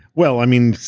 well, i mean,